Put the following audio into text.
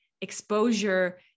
exposure